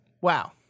Wow